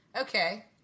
Okay